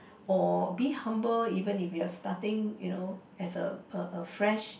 or be humble even you be a starting you know as a a a fresh